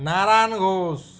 Narayan Ghosh